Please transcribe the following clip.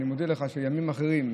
אז אני מודיע לך שהימים אחרים.